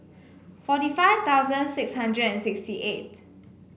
forty five thousand six hundred and sixty eight